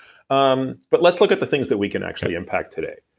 um but let's look at the things that we can actually impact today.